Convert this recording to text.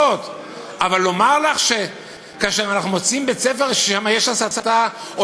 אבל לומר לך שכאשר אנחנו מוצאים בית-ספר שיש בו הסתה,